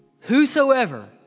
whosoever